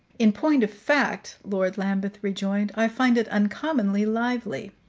in point of fact, lord lambeth rejoined, i find it uncommonly lively.